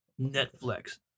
Netflix